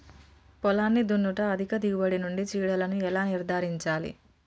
పొలాన్ని దున్నుట అధిక దిగుబడి నుండి చీడలను ఎలా నిర్ధారించాలి?